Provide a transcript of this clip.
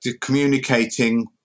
communicating